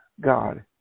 God